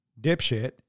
dipshit